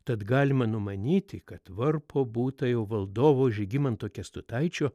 tad galima numanyti kad varpo būta jau valdovo žygimanto kęstutaičio